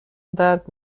درد